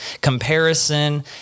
comparison